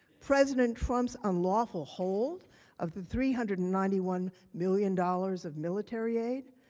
president trump's unlandfall hold of the three hundred and ninety one million dollars of military aid.